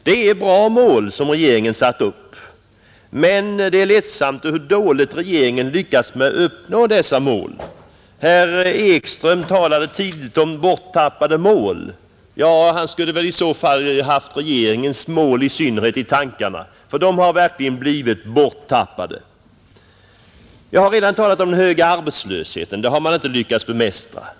Det är bra mål som regeringen har satt upp, men det ledsamma är hur dåligt regeringen har lyckats med att uppnå dessa mål. Herr Ekström talade tidigare om borttappade mål. Ja, han skulle väl i så fall i synnerhet ha haft regeringens mål i tankarna. De har verkligen blivit borttappade. Jag har redan talat om den höga arbetslösheten. Den har man inte lyckats bemästra.